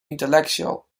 intellectual